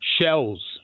shells